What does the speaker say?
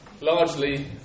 largely